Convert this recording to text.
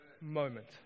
moment